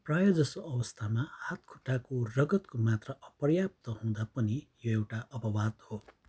प्रायःजसो अवस्थामा हातखुट्टाको रगतको मात्रा अपर्याप्त हुँदा पनि यो एउटा अपवाद हो